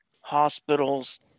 hospitals